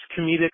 comedic